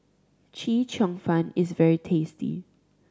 Chee Cheong Fun is very tasty